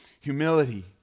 humility